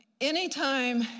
anytime